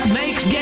makes